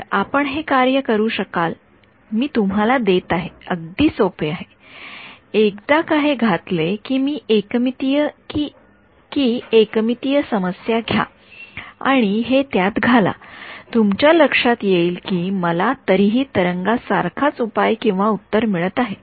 तर आपण हे कार्य करू शकाल मी तुम्हाला देत आहे अगदी सोपे आहे एकदा का हे घातले कि एकमितीय समस्या घ्या आणि हे त्यात घाला तुमच्या लक्षात येईल कि मला तरीही तरंगा सारखाच उपाय उत्तर मिळत आहे